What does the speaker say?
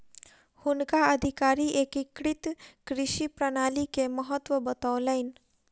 हुनका अधिकारी एकीकृत कृषि प्रणाली के महत्त्व बतौलैन